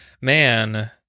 Man